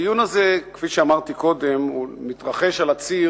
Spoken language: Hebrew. הדיון הזה, כפי שאמרתי קודם, מתרחש על הציר